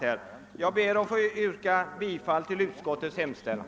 Herr talman! Jag ber att få yrka bifall till utskottets hemställan.